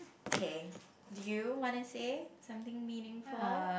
okay do you wanna say something meaningful